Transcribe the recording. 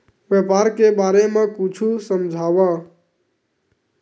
व्यापार के बारे म कुछु समझाव?